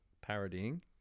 parodying